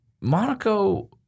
Monaco